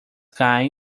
guy